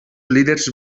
líders